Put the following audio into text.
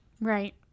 Right